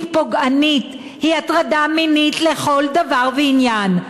פוגענית היא הטרדה מינית לכל דבר ועניין.